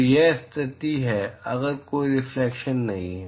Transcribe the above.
तो यह स्थिति है अगर कोई रिफ्लेक्शन नहीं है